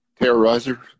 Terrorizer